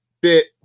bit